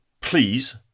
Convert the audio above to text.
please